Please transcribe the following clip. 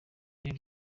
muri